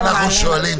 לטפל.